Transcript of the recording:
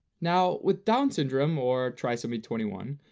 now, with down syndrome or trisomy twenty one,